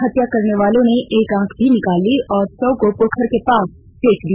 हत्या करनेवालों ने एक आंख भी निकाल ली और शव को पोखर के पास फेक दिया